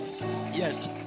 Yes